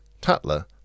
Tatler